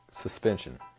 suspension